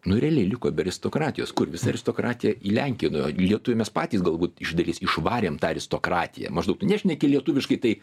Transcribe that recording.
nu realiai liko be aristokratijos kur visa aristokratija į lenkiją nuėjo į lietuvių mes patys galbūt iš dalies išvarėm aristokratiją maždaug tu nešneki lietuviškai tai